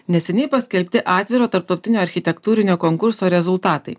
neseniai paskelbti atviro tarptautinio architektūrinio konkurso rezultatai